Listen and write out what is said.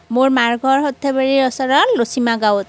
মোৰ মাৰ ঘৰ সৰ্থেবাৰীৰ ওচৰৰ লুচিমা গাঁৱত